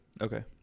Okay